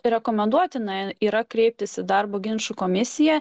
rekomenduotina yra kreiptis į darbo ginčų komisiją